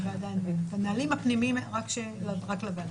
את הנהלים הפנימיים רק לוועדה.